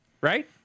Right